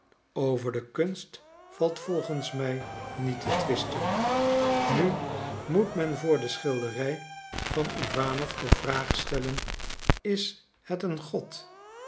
over de kunst valt volgens mij niet te twisten nu moet men voor de schilderij van iwanof de vraag stellen is het een god